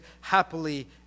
happily